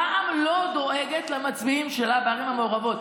רע"מ לא דואגת למצביעים שלה בערבים המעורבות.